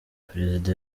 perezida